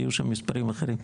היו שם מספרים אחרים.